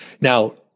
Now